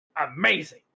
amazing